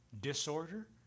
disorder